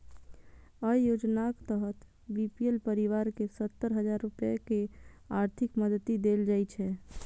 अय योजनाक तहत बी.पी.एल परिवार कें सत्तर हजार रुपैया के आर्थिक मदति देल जाइ छै